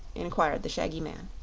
inquired the shaggy man.